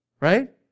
Right